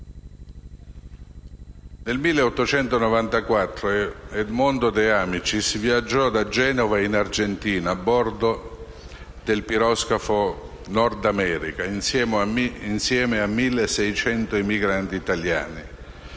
nel 1894, Edmondo De Amicis viaggiò da Genova all'Argentina, a bordo del piroscafo Nord America, insieme a 1.600 emigranti italiani.